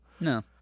No